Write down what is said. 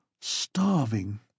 Starving